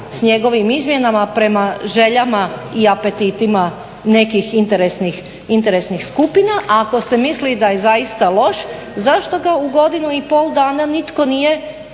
s njegovim izmjenama prema željama i apetitima nekih interesnih skupina. A ako ste mislili da je zaista loš zašto ga u godinu i pol dana nitko nije podnio